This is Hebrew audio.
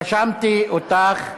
רשמתי אותך לפרוטוקול.